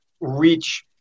reach